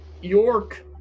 York